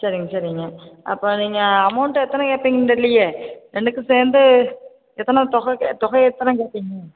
சரிங்க சரிங்க அப்போ நீங்கள் அமௌண்ட் எத்தனை கேட்பிங்கன்னு தெரிலியே ரெண்டுக்கும் சேர்ந்து எத்தனை தொகை தொகை எத்தனை கேட்பீங்க